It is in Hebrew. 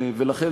ולכן,